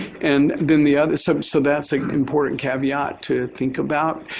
and then the other so um so that's an important caveat to think about,